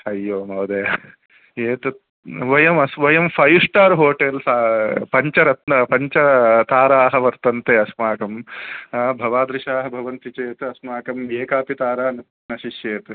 अय्यो महोदय एतत् वयं वयं फ़ैव् स्टार् होटेल् पञ्चरत्न पञ्च ताराः वर्तन्ते अस्माकं भवादृशाः भवन्ति चेत् अस्माकम् एकापि तारा न न शिष्येत्